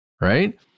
right